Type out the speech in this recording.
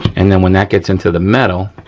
and then when that gets into the metal.